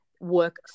work